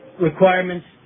requirements